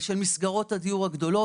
של מסגרות הדיור הגדולות.